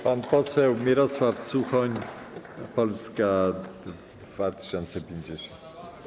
Pan poseł Mirosław Suchoń, Polska 2050.